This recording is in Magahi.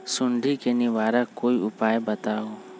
सुडी से निवारक कोई उपाय बताऊँ?